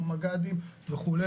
המג"דים וכו',